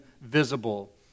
visible